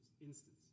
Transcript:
instance